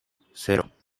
cero